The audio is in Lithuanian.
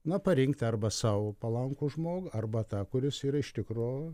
na parinkti arba sau palankų žmogų arba tą kuris yra iš tikro